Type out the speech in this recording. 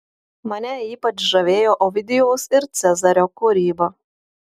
mane ypač žavėjo ovidijaus ir cezario kūryba